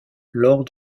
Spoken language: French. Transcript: lors